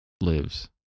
Lives